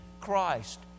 Christ